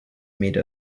made